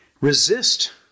resist